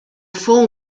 fond